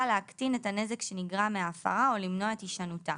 להקטין את הנזק שנגרם מההפרה או למנוע את הישנותה.